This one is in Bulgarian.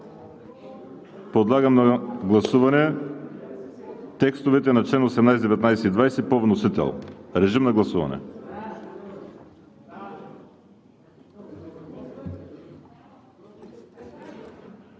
Подлагам на гласуване текстовете на чл. 18, 19 и 20 по вносител. Гласували